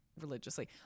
religiously